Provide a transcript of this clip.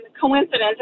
coincidence